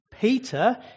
Peter